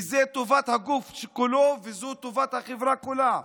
כי זו טובת הגוף כולו וזו טובת החברה כולה,